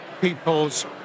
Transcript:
people's